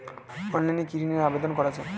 অনলাইনে কি ঋণের আবেদন করা যায়?